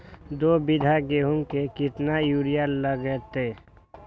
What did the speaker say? दो बीघा गेंहू में केतना यूरिया लगतै?